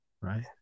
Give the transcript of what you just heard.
right